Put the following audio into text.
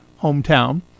hometown